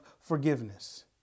forgiveness